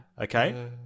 okay